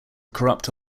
corrupt